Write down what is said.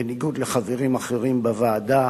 בניגוד לחברים אחרים בוועדה,